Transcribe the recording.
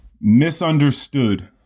misunderstood